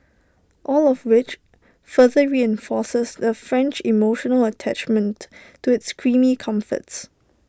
all of which further reinforces the French emotional attachment to its creamy comforts